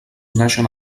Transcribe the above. naixen